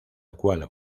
cual